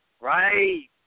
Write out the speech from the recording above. Right